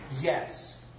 Yes